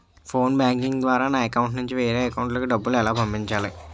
Phone banking ద్వారా నా account నుంచి వేరే అకౌంట్ లోకి డబ్బులు ఎలా పంపించాలి?